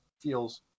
feels